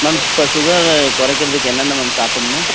ma'am இப்போ sugar குறைக்கிறதுக்கு என்னென்ன மேம் சாப்பிட்ணும்